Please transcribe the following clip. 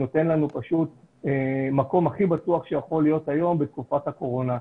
וזה נותן לנו מקום הכי בטוח שיכול להיות היום בתקופת הקורונה.